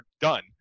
done